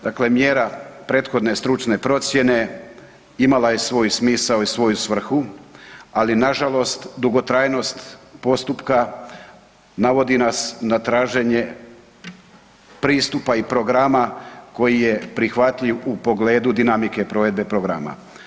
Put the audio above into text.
Dakle, mjera prethodne stručne procjene, imala je svoj smisao i svoju svrhu ali nažalost, dugotrajnost postupka navodi nas na traženje pristupa i programa koji je prihvatljiv u pogledu dinamike provedbe programa.